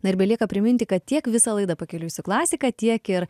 na ir belieka priminti kad tiek visą laidą pakeliui su klasika tiek ir